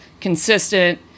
consistent